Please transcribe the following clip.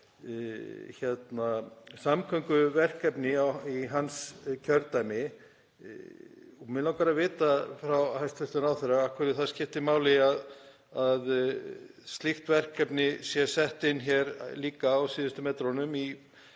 samgönguverkefni í hans kjördæmi. Mig langar að vita frá hæstv. ráðherra af hverju það skiptir máli að slíkt verkefni sé sett inn hér líka á síðustu metrunum í